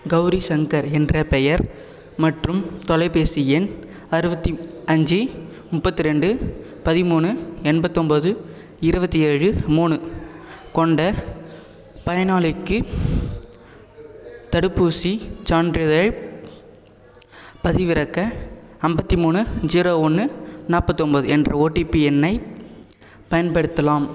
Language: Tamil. கௌரி ஷங்கர் என்ற பெயர் மற்றும் தொலைபேசி எண் அறுபத்தி அஞ்சு முப்பத்தி ரெண்டு பதிமூணு எண்பத்தொம்போது இருபத்தி ஏழு மூணு கொண்ட பயனாளிக்கு தடுப்பூசிச் சான்றிதழ் பதிவிறக்க ஐம்பத்தி மூணு ஜீரோ ஒன்று நாற்பத்தி ஒம்போது என்ற ஓடிபி எண்ணைப் பயன்படுத்தலாம்